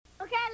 Okay